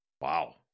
Wow